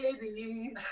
Baby